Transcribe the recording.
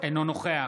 אינו נוכח